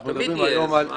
הוא תמיד יהיה, אז מה?